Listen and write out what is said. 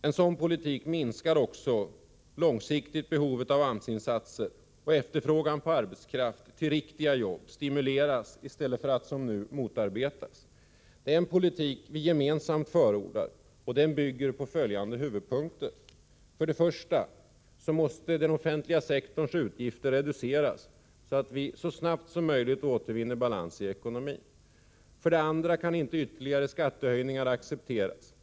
En sådan politik minskar också långsiktigt behovet av AMS-insats, och efterfrågan på arbetskraft för riktiga jobb stimuleras, i stället för att som nu motarbetas. Den politik vi gemensamt förordar bygger på följande huvudpunkter: 1. Den offentliga sektorns utgifter måste reduceras så att vi så snabbt som möjligt återvinner balans i ekonomin. 2. Ytterligare skattehöjningar kan inte accepteras.